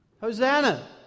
Hosanna